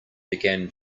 began